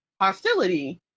hostility